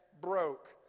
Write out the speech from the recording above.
broke